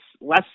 less